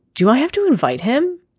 do i have to invite him.